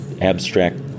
abstract